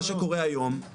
מה שקורה היום,